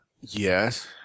Yes